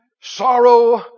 sorrow